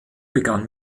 begann